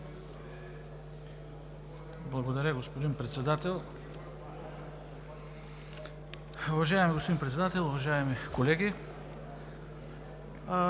Благодаря, господин Председател. Уважаеми господин Председател, уважаеми колеги!